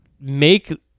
make